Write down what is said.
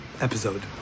episode